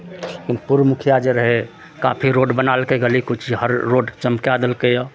लेकिन पूर्व मुखिया जे रहय काफी रोड बनेलकय गली कूची हर रोड चमकय देलकय हँ